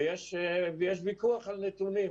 ויש ויכוח על נתונים.